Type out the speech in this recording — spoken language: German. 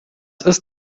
ist